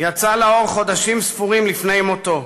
יצא לאור חודשים ספורים לפני מותו,